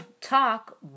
talk